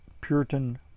Puritan